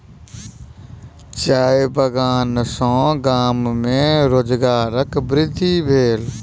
चाय बगान सॅ गाम में रोजगारक वृद्धि भेल